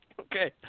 Okay